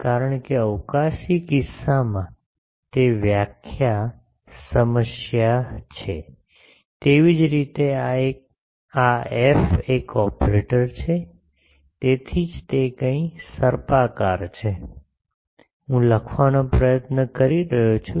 કારણ કે અવકાશી કિસ્સામાં તે વ્યાખ્યા સમસ્યા તેવી જ રીતે આ એફ એક ઓપરેટર છે તેથી જ તે કંઈક સર્પાકાર છે હું લખવાનો પ્રયત્ન કરી રહ્યો છું